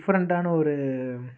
டிஃப்ரெண்டான ஒரு